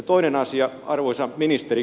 toinen asia arvoisa ministeri